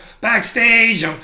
backstage